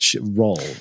role